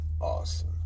awesome